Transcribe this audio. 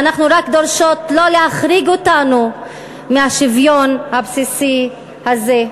ואנחנו רק דורשות לא להחריג אותנו מהשוויון הבסיסי הזה.